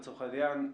לצורך העניין,